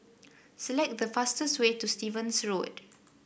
select the fastest way to Stevens Road